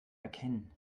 erkennen